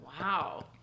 Wow